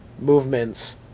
movements